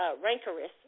rancorous